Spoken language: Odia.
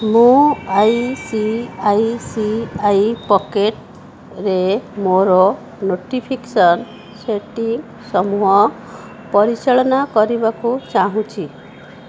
ମୁଁ I C I C I ପକେଟରେ ମୋର ନୋଟିଫିକେସନ୍ ସେଟିଂ ସମୂହ ପରିଚାଳନା କରିବାକୁ ଚାହୁଁଛି